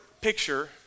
picture